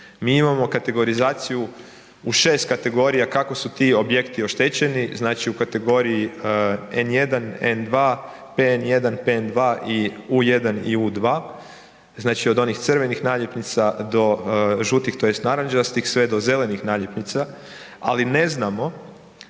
Mi imamo kategorizaciju u 6 kategorija kako su ti objekti oštećeni. Znači u kategoriji N1, N2, PN1, PN2 i U1 i U2, znači od onih crvenih naljepnica do žutih, tj. narančastih, sve do zelenih naljepnica, ali ne znamo